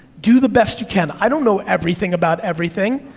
do the best you can. i don't know everything about everything.